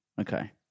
Okay